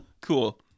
Cool